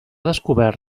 descobert